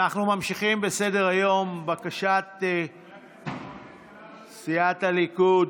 אנחנו ממשיכים בסדר-היום, לבקשת סיעת הליכוד,